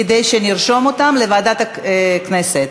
כדי שנרשום אותן לוועדת הכנסת.